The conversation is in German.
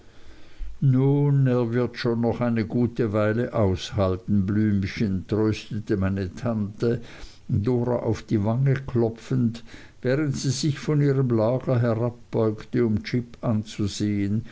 er wird schon noch eine gute weile aushalten blümchen tröstete meine tante dora auf die wange klopfend während sie sich von ihrem lager herabbeugte um jip anzusehen